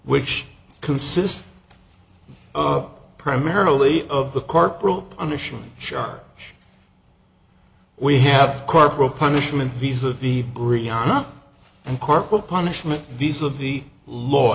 which consist of primarily of the corporal punishment chart we have corporal punishment visa v briana and corporal punishment these of the law